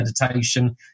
meditation